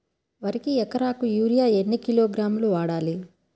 వరికి ఎకరాకు యూరియా ఎన్ని కిలోగ్రాములు వాడాలి?